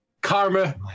Karma